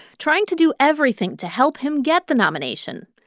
trying to do everything to help him get the nomination.